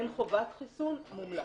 אין חובת חיסון, מומלץ.